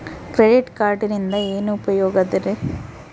Credit ಕಾರ್ಡಿನಿಂದ ಏನು ಉಪಯೋಗದರಿ?